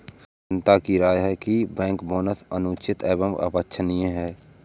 जनता की राय है कि बैंक बोनस अनुचित और अवांछनीय है